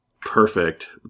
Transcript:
perfect